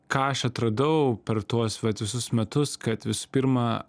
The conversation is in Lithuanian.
ką aš atradau per tuos vat visus metus kad vis pirma